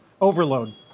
overload